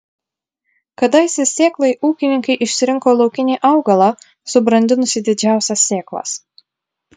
kadaise sėklai ūkininkai išsirinko laukinį augalą subrandinusį didžiausias sėklas